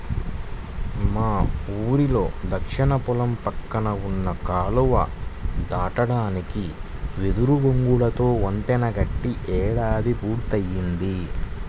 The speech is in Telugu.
మా ఊరిలో దక్షిణ పొలం పక్కన ఉన్న కాలువ దాటడానికి వెదురు బొంగులతో వంతెన కట్టి ఏడాది పూర్తయ్యింది